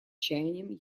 чаяниям